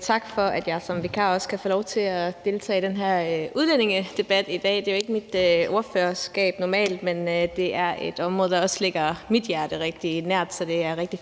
tak for, at jeg som vikar også kan få lov til at deltage i den her udlændingedebat i dag. Det er jo ikke normalt mit ordførerskab, men det er et område, der også ligger mit hjerte rigtig nært, så det er rigtig fint